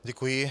Děkuji.